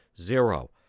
Zero